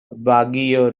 baguio